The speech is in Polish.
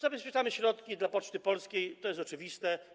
Zabezpieczamy środki dla Poczty Polskiej, to jest oczywiste.